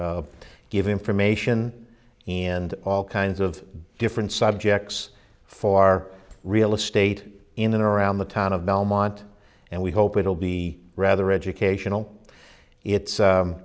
give information in and all kinds of different subjects for our real estate in and around the town of belmont and we hope it'll be rather educational it's